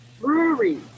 breweries